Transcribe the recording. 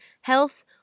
health